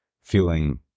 feeling